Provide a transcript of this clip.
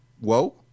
whoa